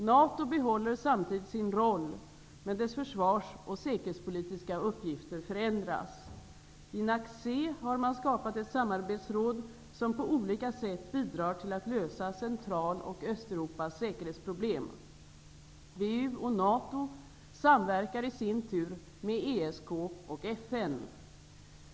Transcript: NATO behåller samtidigt sin roll, men dess försvars och säkerhetspolitiska uppgifter förändras. I NACC har man skapat ett samarbetsråd som på olika sätt bidrar till att lösa och NATO samverkar i sin tur med ESK och FN.